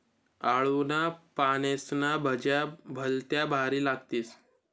आळूना पानेस्न्या भज्या भलत्या भारी लागतीस